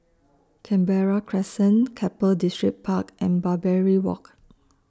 Canberra Crescent Keppel Distripark and Barbary Walk